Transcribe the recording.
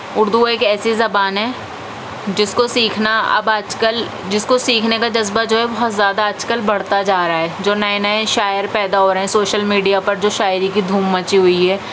اردو ایک ایسی زبان ہے جس کو سیکھنا اب آج کل جس کو سیکھنے کا جذبہ جو ہے بہت زیادہ آج کل بڑھتا جا رہا ہے جو نئے نئے شاعر پیدا ہو رہے ہیں سوشل میڈیا پر جو شاعری کی دھوم مچی ہوئی ہے